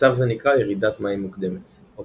מצב זה נקרא "ירידת מים מוקדמת" או